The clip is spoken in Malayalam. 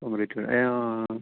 കോൺക്രീറ്റ് അയ്യോ